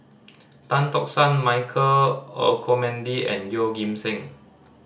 Tan Tock San Michael Olcomendy and Yeoh Ghim Seng